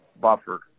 buffer